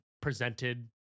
presented